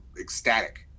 ecstatic